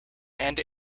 and